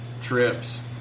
trips